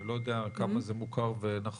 אני לא יודע כמה זה מוכר ונכון,